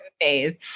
phase